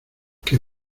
que